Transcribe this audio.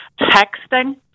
texting